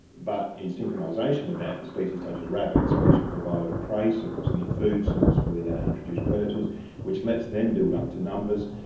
but in synchronisation with that are species such as rabbits which have provided a prey source and a food source for the introduced predators which lets them build up to numbers,